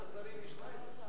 אני אברך אותם.